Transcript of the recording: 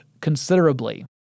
considerably